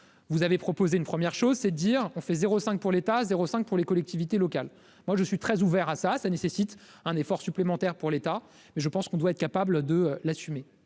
vous avez proposé une première chose, c'est dire on fait 0 5 pour l'État 05 pour les collectivités locales, moi je suis très ouvert à ça, ça nécessite un effort supplémentaire pour l'État, mais je pense qu'on doit être capable de l'assumer.